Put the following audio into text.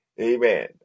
Amen